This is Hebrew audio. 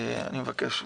בבקשה.